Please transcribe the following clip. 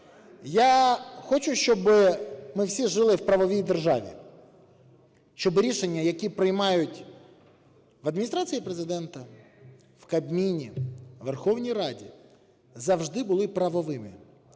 Я хочу, щоби ми всі жили в правовій державі, щоб рішення, які приймають в Адміністрації Президента, Кабміні, Верховній Раді, завжди були правовими,